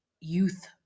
youth